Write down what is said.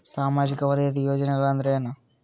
ಸಾಮಾಜಿಕ ವಲಯದ ಯೋಜನೆ ಅಂದ್ರ ಏನ?